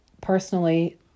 personally